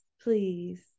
please